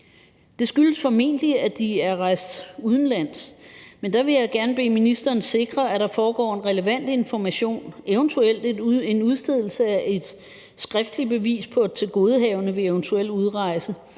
Det skyldes formentlig, at de er rejst udenlands, men der vil jeg gerne bede ministeren sikre, at der er relevant information, eventuelt en udstedelse af et skriftligt bevis på et tilgodehavende ved eventuel udrejse.